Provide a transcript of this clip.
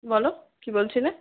বলো কী বলছিলে